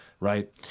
Right